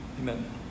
Amen